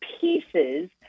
pieces